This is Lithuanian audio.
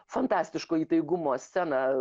fantastiško įtaigumo scena